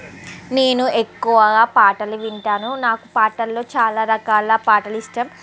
నేను ఎక్కువగా పాటలు వింటాను నాకు పాటల్లో చాలా రకాల పాటలు ఇష్టం